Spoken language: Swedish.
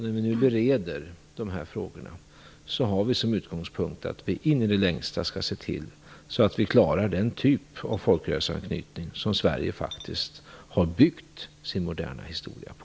När vi nu bereder dessa frågor har vi som utgångspunkt att in i det längsta se till att vi klarar den typ av folkrörelseanknytning som Sverige faktiskt har byggt sin moderna historia på.